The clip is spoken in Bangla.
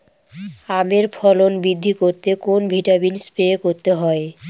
আমের ফলন বৃদ্ধি করতে কোন ভিটামিন স্প্রে করতে হয়?